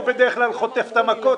הוא בדרך כלל חוטף את המכות,